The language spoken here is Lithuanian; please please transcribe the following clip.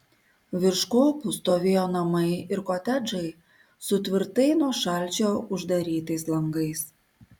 virš kopų stovėjo namai ir kotedžai su tvirtai nuo šalčio uždarytais langais